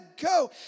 go